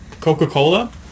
Coca-Cola